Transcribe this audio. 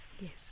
Yes